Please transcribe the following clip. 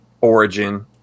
origin